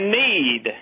need